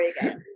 again